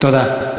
תודה.